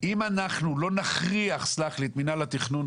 אם אנחנו לא נכריח את מינהל התכנון,